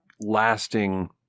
lasting